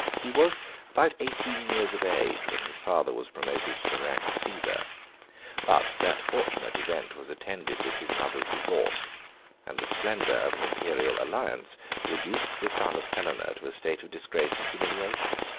he was about eighteen years of age when his father was promoted to the rank of caesar but that fortunate event was attended with his mother's divorce and the splendor of an imperial alliance reduced the son of helena to a state of disgrace and humiliation.